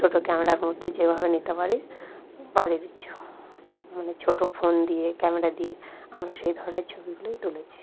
ছোটো ক্যামেরার মধ্যে যেভাবে নিতে পারি বাড়ির মানে ছোটো ফোন দিয়ে ক্যামেরা দিয়ে আমরা সেই ধরনের ছবিগুলোই তুলেছি